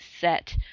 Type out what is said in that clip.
set